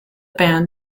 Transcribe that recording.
band